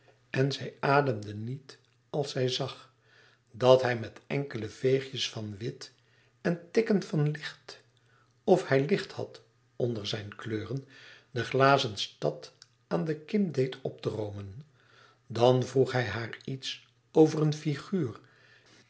en zij ademde niet als zij zag dat hij met enkele veegjes van wit en tikken van licht of hij licht had onder zijn kleuren de glazen stad aan de kim deed opdroomen dan vroeg hij haar iets over eene figuur